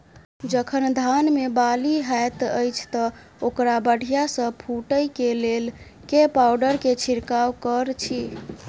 जखन धान मे बाली हएत अछि तऽ ओकरा बढ़िया सँ फूटै केँ लेल केँ पावडर केँ छिरकाव करऽ छी?